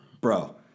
bro